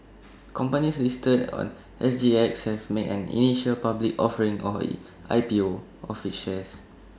companies listed on S G X have made an initial public offering or I P O of its shares